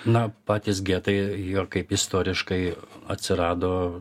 na patys getai jie kaip istoriškai atsirado